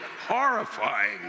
Horrifying